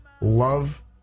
love